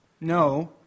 No